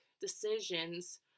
decisions